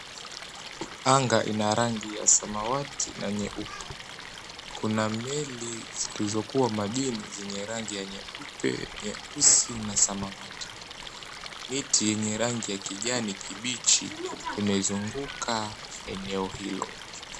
Anga ina rangi ya samawati na nyeupe, kuna meli zilizokuwa majini zenye rangi nyeupe, nyeusi na samawati. Miti yenye rangi ya kijani kibichi imezunguka eneo hilo.